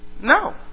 No